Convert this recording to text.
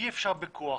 אי אפשר בכוח,